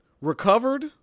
recovered